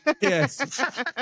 Yes